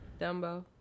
Dumbo